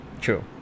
True